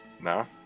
No